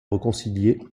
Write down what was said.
réconcilier